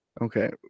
Okay